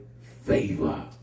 favor